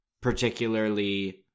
particularly